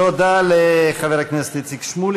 תודה לחבר הכנסת איציק שמולי.